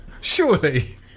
Surely